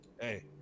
Hey